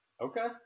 Okay